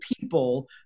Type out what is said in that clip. people